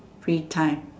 free time